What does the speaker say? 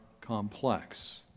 complex